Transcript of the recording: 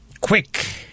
quick